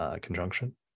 conjunction